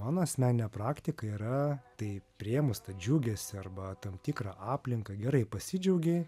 mano asmeninė praktika yra tai priėmus tą džiugesį arba tam tikrą aplinką gerai pasidžiaugei